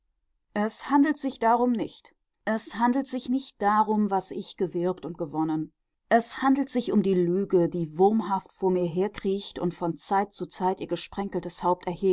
es handelt sich darum nicht es handelt sich nicht darum was ich gewirkt und gewonnen es handelt sich um die lüge die wurmhaft vor mir herkriecht und von zeit zu zeit ihr